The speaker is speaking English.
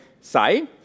say